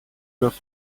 love